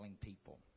people